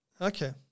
okay